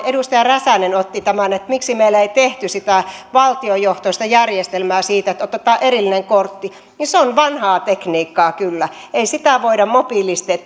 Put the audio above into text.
edustaja räsänen otti tämän miksi meillä ei tehty sitä valtionjohtoista järjestelmää niin että otetaan erillinen kortti se on vanhaa tekniikkaa kyllä ei sitä voida mobiilisti